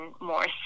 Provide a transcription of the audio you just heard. more